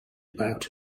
about